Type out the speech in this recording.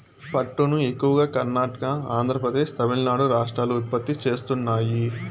పట్టును ఎక్కువగా కర్ణాటక, ఆంద్రప్రదేశ్, తమిళనాడు రాష్ట్రాలు ఉత్పత్తి చేస్తున్నాయి